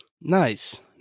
Nice